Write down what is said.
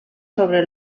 sobre